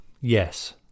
yes